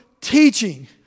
Teaching